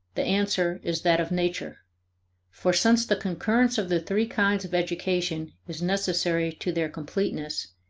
the answer is that of nature for since the concurrence of the three kinds of education is necessary to their completeness,